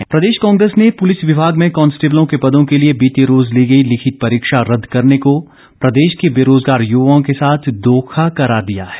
राठौर प्रदेश कांग्रेस ने पुलिस विभाग में कांस्टेबलों के पदों के लिए बीते रोज ली गई लिखित परीक्षा रदद करने को प्रदेश के बेरोजगार युवाओं के साथ धोखा करार दिया है